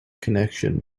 connection